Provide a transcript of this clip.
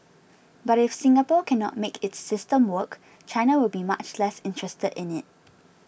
but if Singapore cannot make its system work China will be much less interested in it